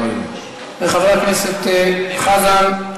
וחבר הכנסת חזן,